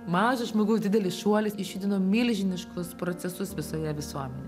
mažas žmogus didelis šuolis išjudino milžiniškus procesus visoje visuomenėj